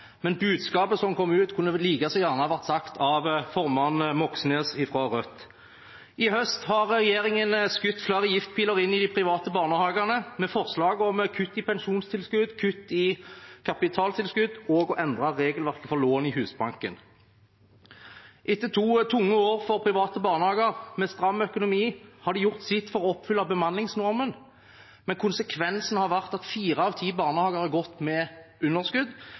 men budskapet som kom ut, kunne like gjerne ha vært sagt av formann Moxnes fra Rødt. I høst har regjeringen skutt flere giftpiler inn i de private barnehagene, med forslag om kutt i pensjonstilskudd, kutt i kapitaltilskudd og forslag om å endre regelverket for lån i Husbanken. Etter to tunge år med stram økonomi for private barnehager har de gjort sitt for å oppfylle bemanningsnormen, men konsekvensen har vært at fire av ti barnehager har gått med underskudd.